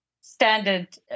standard